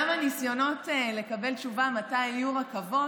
גם הניסיונות לקבל תשובה מתי יהיו רכבות,